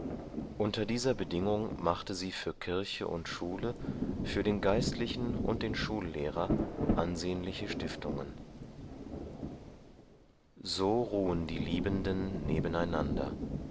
unter dieser bedingung machte sie für kirche und schule für den geistlichen und den schullehrer ansehnliche stiftungen so ruhen die liebenden